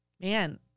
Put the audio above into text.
man